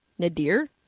Nadir